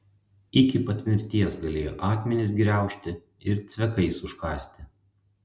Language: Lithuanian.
iki pat mirties galėjo akmenis griaužti ir cvekais užkąsti